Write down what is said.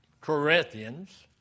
Corinthians